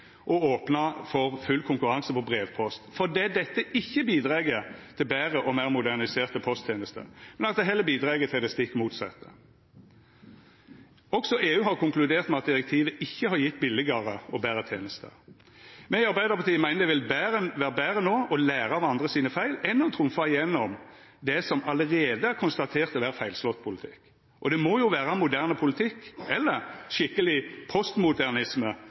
opna for full konkurranse på brevpost, for dette bidreg ikkje til betre og meir moderniserte posttenester, det bidreg heller til det stikk motsette. Også EU har konkludert med at direktivet ikkje har gjeve billegare og betre tenester. Me i Arbeidarpartiet meiner det vil vera betre no å læra av andre sine feil enn å trumfa gjennom det som allereie er konstatert å vera feilslått politikk. Og det må jo vera moderne politikk, eller skikkeleg